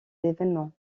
événements